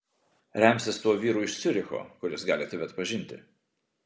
remsis tuo vyru iš ciuricho kuris gali tave atpažinti